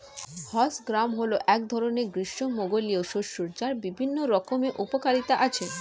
horse gram হল এক ধরনের গ্রীষ্মমণ্ডলীয় শস্য যার বিভিন্ন রকমের উপকারিতা আছে